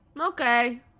Okay